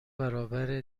برابر